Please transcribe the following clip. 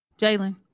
Jalen